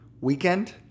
weekend